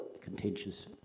contentious